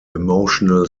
emotional